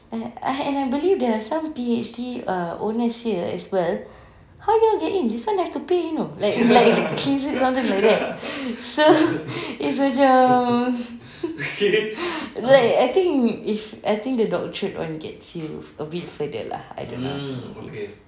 I believe there are some P_H_D err owners here as well how you all get in this [one] have to pay you know like like he said something like that so it's a joke like I think if I think the doctorate one gets you a bit further lah I don't know